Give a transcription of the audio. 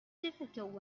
difficult